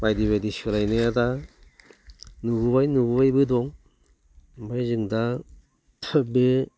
बायदि बायदि सोलायनाया दा नुबोबाय नुबोबायबो दं ओमफ्राय जों दा बे